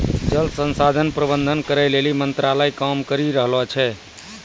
जल संसाधन प्रबंधन करै लेली मंत्रालय काम करी रहलो छै